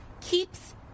keeps